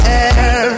air